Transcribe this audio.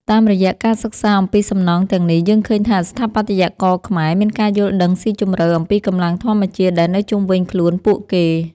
តាមរយៈការសិក្សាអំពីសំណង់ទាំងនេះ យើងឃើញថាស្ថាបត្យករខ្មែរមានការយល់ដឹងស៊ីជម្រៅអំពីកម្លាំងធម្មជាតិដែលនៅជុំវិញខ្លួនពួកគេ។